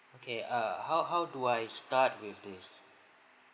okay uh how how do I start with this